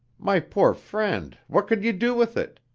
my poor friend, what could you do with it?